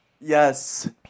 Yes